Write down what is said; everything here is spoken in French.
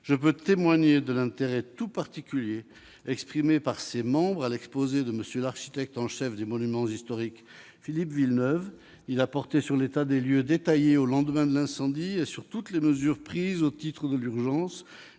je puis témoigner de l'intérêt tout particulier exprimé par ses membres à l'exposé de M. l'architecte en chef des monuments historiques, Philippe Villeneuve, sur l'état des lieux détaillé au lendemain de l'incendie et sur toutes les mesures prises au titre de l'urgence.